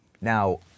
Now